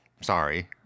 Sorry